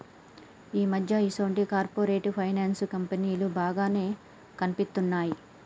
ఈ మధ్య ఈసొంటి కార్పొరేట్ ఫైనాన్స్ కంపెనీలు బానే కనిపిత్తున్నయ్